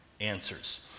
answers